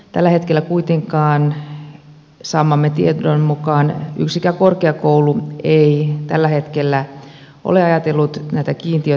tällä hetkellä kuitenkaan saamamme tiedon mukaan yksikään korkeakoulu ei ole ajatellut näitä kiintiöitä perustaa